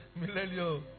millennial